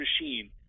machine